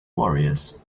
warriors